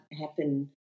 happen